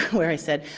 where i said,